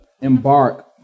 embark